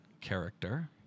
character